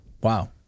Wow